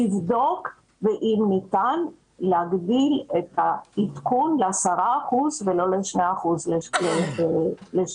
לבדוק אם ניתן להגדיל את העדכון ל-10% ולא רק 2% בשנה.